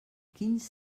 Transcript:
quins